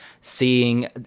seeing